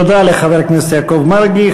תודה לחבר הכנסת יעקב מרגי.